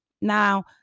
Now